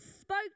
spoke